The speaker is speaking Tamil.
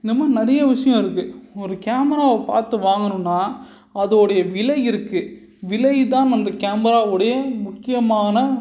இன்னமும் நிறைய விஷயம் இருக்குது ஒரு கேமராவை பார்த்து வாங்கணுன்னால் அதோடைய விலை இருக்குது விலைதான் அந்த கேமராவுடைய முக்கியமான